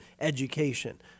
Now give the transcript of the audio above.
education